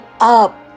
up